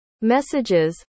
messages